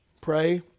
Pray